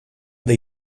they